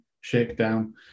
shakedown